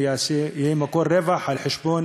ויהיה מקור רווח על חשבון